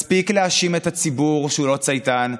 מספיק להאשים את הציבור שהוא לא צייתן.